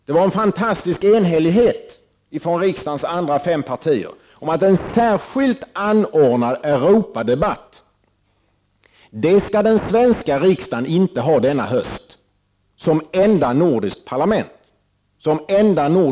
Det var en fantastisk enhällighet från riksdagens andra fem partier om att en särskilt anordnad Europadebatt skall den svenska riksdagen inte ha denna höst, som enda nordiskt parlament.